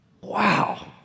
wow